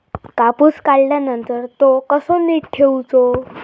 कापूस काढल्यानंतर तो कसो नीट ठेवूचो?